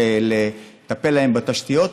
לטפל להם בתשתיות.